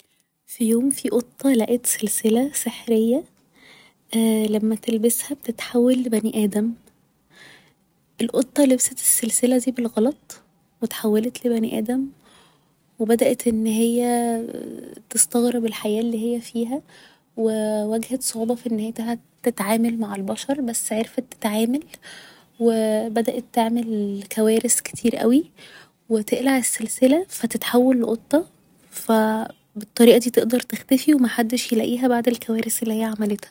في يوم في قطة لقت سلسلة سحرية لما تلبسها بتتحول لبني ادم القطة لبست السلسلة دي بالغلط و اتحولت لبني ادم و بدأت ان هي تستغرب الحياة اللي هي فيها و واجهت صعوبة في انها تتعامل مع البشر بس عرفت تتعامل و بدأت تعمل كوارث كتير اوي و تقلع السلسلة فتتحول لقطة ف بالطريقة دي تقدر تختفي و محدش يلاقيها بعد الكوارث اللي هي عملتها